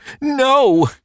No